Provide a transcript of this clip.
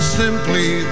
simply